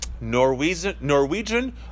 Norwegian